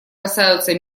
касаются